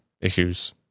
issues